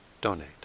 donate